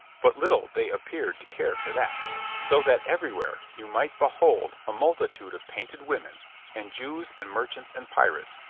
but little they appeared to care for that so that everywhere you might behold a multitude of painted women and jews and merchants and pirates,